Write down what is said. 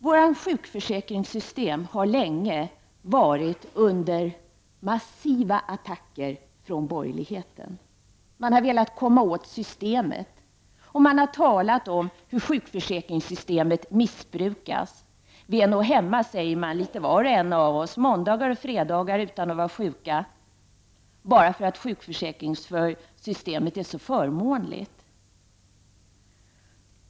Vårt sjukförsäkringssystem har länge varit föremål för massiva attacker från borgerligheten. Borgerligheten har velat komma åt systemet och talat om hur sjukförsäkringssystemet missbrukas. Det sägs att vi litet till mans nog är hemma på måndagar och fredagar utan att vara sjuka bara för att sjukförsäkringssystemet är så förmånligt.